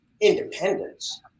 independence